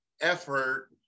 effort